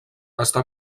està